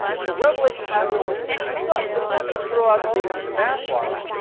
so revelation has no weight with him as such. but he's not going to throw out the baby with the bathwater.